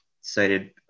cited